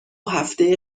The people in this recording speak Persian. هفته